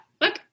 Look